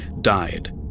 died